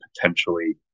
potentially